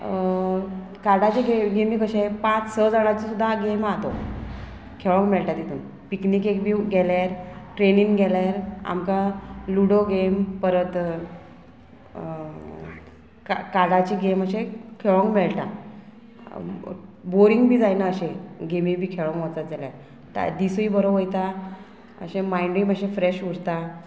काडाचे गेमीक अशे पांच स जाणांची सुद्दां गेम आहा तो खेळोंक मेळटा तितून पिकनिकेक बी गेल्यार ट्रेनीन गेल्यार आमकां लुडो गेम परत काडाची गेम अशें खेळोंक मेळटा बोरींग बी जायना अशें गेमी बी खेळोंक वचत जाल्यार दिसूय बरो वयता अशें मायंडूय मातशें फ्रेश उरता